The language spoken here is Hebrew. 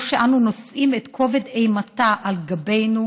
זו שאנו נושאים את כובד אימתה על גבנו